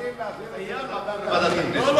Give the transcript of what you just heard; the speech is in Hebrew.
אנחנו מוכנים להעביר את זה לוועדת הפנים.